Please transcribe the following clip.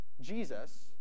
Jesus